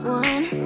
one